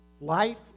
Life